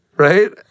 Right